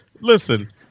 listen